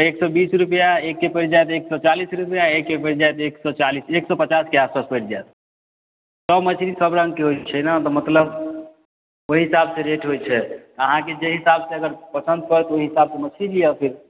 एक सए बीस रुपैआ एकके पड़ि जायत एक सए चालिस रुपैआ एकके पड़ि जायत एक सए चालिस एक सए पचासके आसपास पड़ि जायत सब मछली सब रङ्गके होइ छै ने तऽ मतलब ओही हिसाबसँ रेट होइ छै अहाँके जहि हिसाबसँ अगर पसन्द पड़त ओही हिसाबसँ मछली लिऽ फिर